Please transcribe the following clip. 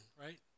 right